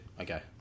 Okay